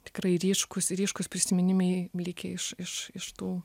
tikrai ryškūs ryškūs prisiminimai likę iš iš iš tų